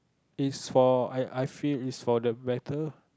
is for I I feel is for the better